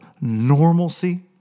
normalcy